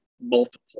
multiple